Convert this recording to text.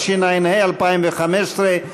התשע"ה 2015,